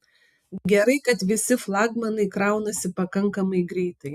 gerai kad visi flagmanai kraunasi pakankamai greitai